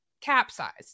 capsized